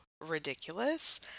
ridiculous